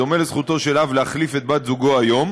בדומה לזכותו של אב להחליף את בת-זוגו היום,